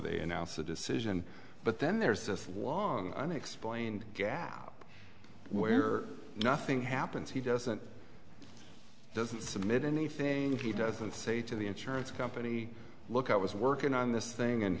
they announce a decision but then there's this was an unexplained gap where nothing happens he doesn't doesn't submit anything he doesn't say to the insurance company look i was working on this thing and